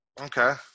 Okay